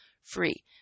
free